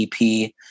EP